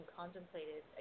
contemplated